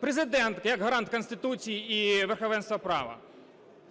Президент як гарант Конституції і верховенства права.